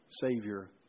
Savior